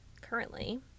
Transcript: currently